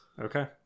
okay